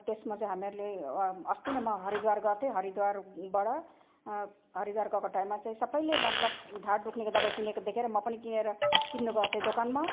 त्यसमा चाहिँ हामीहरूले अस्ति नै म हरिद्वार गएको थिएँ हरिद्वारबाट हरिद्वार गएको टाइममा चाहिँ सबैले मतलब ढाँड दुख्नेको दबाई किनेको देखेर म पनि किनेर किन्नु गएको थिएँ दोकानमा